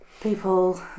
People